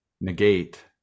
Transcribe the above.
negate